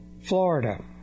Florida